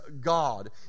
God